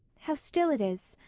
how still it is,